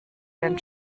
den